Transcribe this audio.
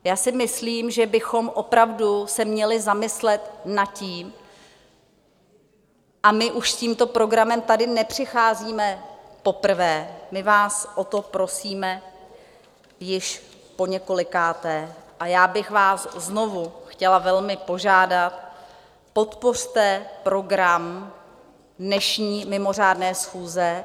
Já si myslím, že bychom se opravdu měli zamyslet nad tím a my už s tímto programem tady nepřicházíme poprvé, my vás o to prosíme již poněkolikáté a já bych vás znovu chtěla velmi požádat, podpořte program dnešní mimořádné schůze.